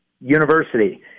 University